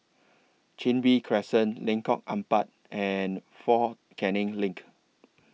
Chin Bee Crescent Lengkong Empat and Fort Canning LINK